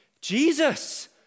Jesus